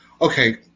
okay